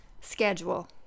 schedule